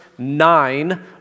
Nine